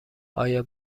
آیا